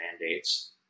mandates